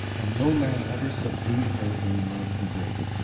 and no man ever subdued her in love's embrace.